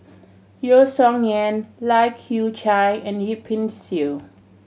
Yeo Song Nian Lai Kew Chai and Yip Pin Xiu